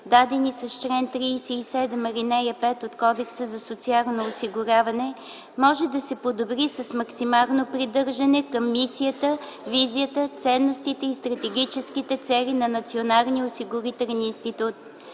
дадени с чл. 37, ал. 5 от Кодекса за социално осигуряване, може да се подобри с максимално придържане към мисията, визията, ценностите и стратегическите цели на Националния осигурителен институт.